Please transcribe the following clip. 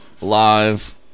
live